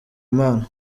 imana